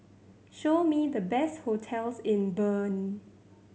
show me the best hotels in Bern